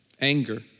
Anger